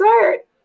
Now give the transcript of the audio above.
art